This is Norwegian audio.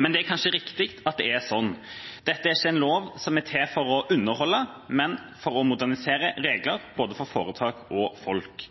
Men det er kanskje riktig at det er slik. Dette er ikke en lov som er til for å underholde, men for å modernisere regler for både foretak og folk.